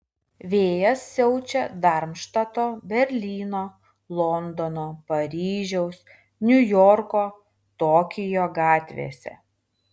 vėjas siaučia darmštato berlyno londono paryžiaus niujorko tokijo gatvėse